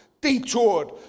detoured